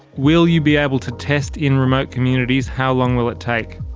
will you be able to test in remote communities? how long will it take?